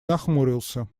нахмурился